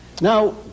Now